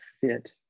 fit